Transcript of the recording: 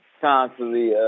constantly